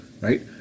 right